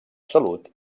salut